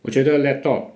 我觉得 laptop